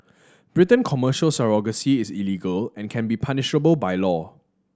Britain Commercial surrogacy is illegal and can be punishable by law